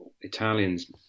Italians